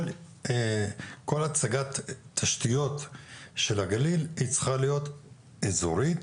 כל הצגת תשתיות של הגליל צריכה להיות אזורית,